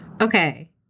Okay